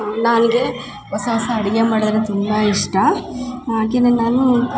ನನ್ಗೆ ಹೊಸ ಹೊಸ ಅಡ್ಗೆ ಮಾಡದು ತುಂಬ ಇಷ್ಟ ಹಾಗೆನೆ ನಾನು